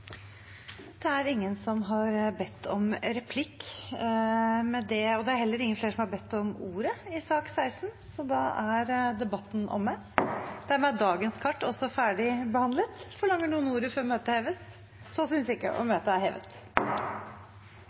har ikke bedt om ordet til sak nr. 16. Dermed er dagens kart ferdigbehandlet. Forlanger noen ordet før møtet heves? Møtet er hevet.